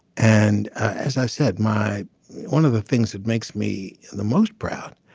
and as i said my one of the things that makes me the most proud.